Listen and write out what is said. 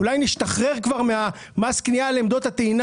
אולי נשתחרר ממס קנייה על עמדות הטעינה